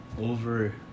over